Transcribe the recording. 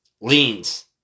leans